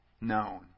known